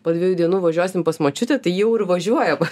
po dviejų dienų važiuosim pas močiutę tai jau ir važiuoja pas